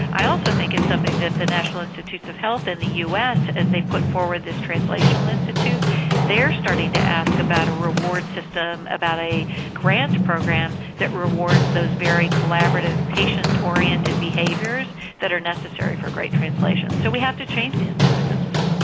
i also think it's something that the national institutes of health in the us as they put forward this translational institute they're starting to ask about a reward system, about a grants program that rewards those very collaborative patient-oriented behaviours that are necessary for great translation. so we have to change the incentive system.